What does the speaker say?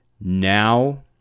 Now